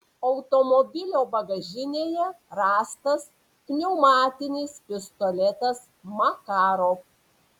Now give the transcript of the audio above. automobilio bagažinėje rastas pneumatinis pistoletas makarov